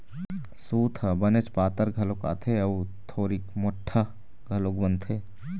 सूत ह बनेच पातर घलोक आथे अउ थोरिक मोठ्ठा घलोक बनथे